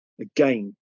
again